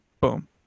Boom